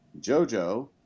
JoJo